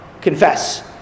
confess